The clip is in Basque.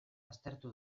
aztertu